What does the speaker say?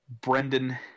Brendan